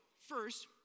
first